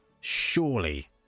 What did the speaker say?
surely